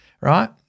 Right